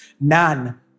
none